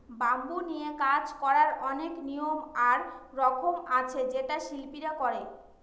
bamboo নিয়ে কাজ করার অনেক নিয়ম আর রকম আছে যেটা শিল্পীরা করে